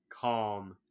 calm